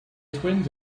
twins